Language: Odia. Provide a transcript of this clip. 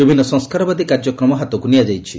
ବିଭିନ୍ନ ସଂସ୍କାରବାଦୀ କାର୍ଯ୍ୟକ୍ରମ ହାତକୁ ନିଆଯାଇଛି